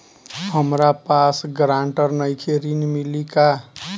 हमरा पास ग्रांटर नईखे ऋण मिली का?